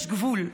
יש גבול.